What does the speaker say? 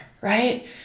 right